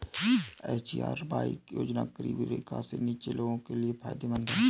SGRY योजना गरीबी रेखा से नीचे के लोगों के लिए फायदेमंद है